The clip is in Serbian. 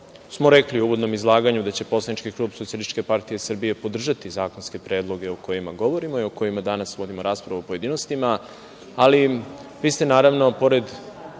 smo rekli u uvodnom izlaganju da će poslanički klub SPS podržati zakonske predloge o kojima govorimo i o kojima danas vodimo raspravu u pojedinostima, ali vi ste, naravno, pored